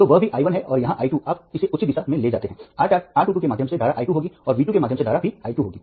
तो वह भी i 1 है और यहाँ i 2 आप इसे उचित दिशा में ले जाते हैं R 2 2 के माध्यम से धारा i 2 होगी और V 2 के माध्यम से धारा भी i 2 होगी